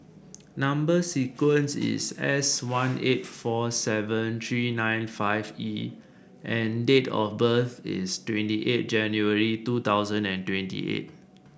number sequence is S one eight four seven three nine five E and date of birth is twenty eight January two thousand and twenty eight